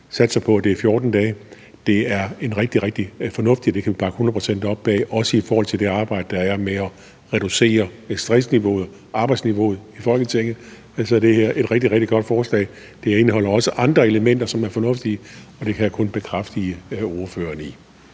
satser på, at det bliver 14 dage. Det er rigtig, rigtig fornuftigt. Det kan vi bakke hundrede procent op om. Også i forhold til det arbejde, der er med at reducere stressniveauet og arbejdsniveauet i Folketinget, er det her et rigtig, rigtig godt forslag. Det indeholder også andre elementer, som er fornuftige. Det kan jeg kun bekræfte ordføreren i.